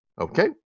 okay